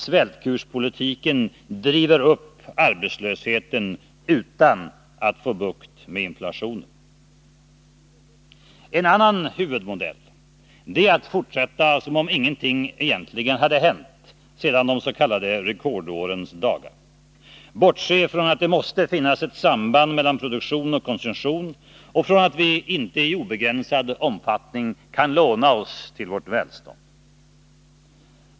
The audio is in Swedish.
Svältkurspolitiken driver upp arbetslösheten utan att få bukt med inflationen. En annan huvudmodell är att fortsätta som om ingenting egentligen hade hänt sedan de s.k. rekordårens dagar, att bortse från att det måste finnas ett samband mellan produktion och konsumtion och från att vi inte i obegränsad omfattning kan låna oss till vårt välstånd.